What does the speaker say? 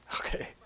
Okay